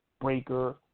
Breaker